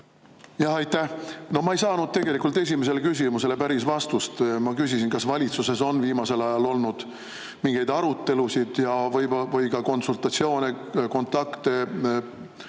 Aitäh! No ma ei saanud tegelikult esimesele küsimusele päris vastust. Ma küsisin, kas valitsuses on viimasel ajal olnud mingeid arutelusid või konsultatsioone, kontakte